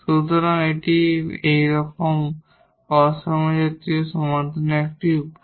সুতরাং এটি এইরকম নন হোমোজিনিয়াস সমাধানের একটি উপায়